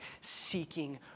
seeking